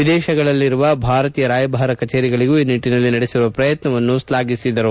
ವಿದೇತಗಳಲ್ಲಿರುವ ಭಾರತೀಯ ರಾಯಭಾರ ಕಚೇರಿಗಳೂ ಈ ನಿಟ್ಟಿನಲ್ಲಿ ನಡೆಸಿರುವ ಪ್ರಯತ್ನವನ್ನು ಅವರು ಶ್ಲಾಘಿಸಿದರು